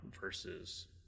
versus